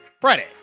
friday